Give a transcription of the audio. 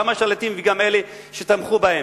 גם השליטים וגם אלה שתמכו בהם.